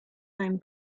mijn